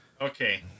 Okay